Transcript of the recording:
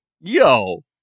yo